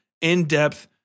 in-depth